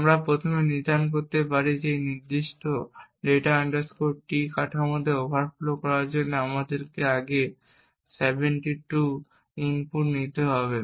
আমরা প্রথমে নির্ধারণ করতে পারি যে এই নির্দিষ্ট data T কাঠামোকে ওভারফ্লো করার জন্য আমাদের আগে 72 টি ইনপুট প্রয়োজন হবে